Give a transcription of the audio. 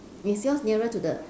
is yours nearer to the